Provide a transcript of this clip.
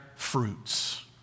Fruits